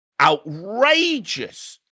outrageous